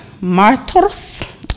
martyrs